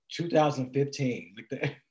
2015